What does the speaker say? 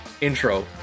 intro